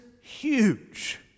huge